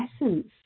essence